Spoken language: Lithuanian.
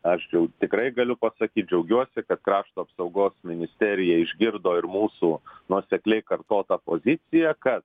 aš jau tikrai galiu pasakyt džiaugiuosi kad krašto apsaugos ministerija išgirdo ir mūsų nuosekliai kartotą poziciją kad